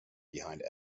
behind